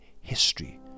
History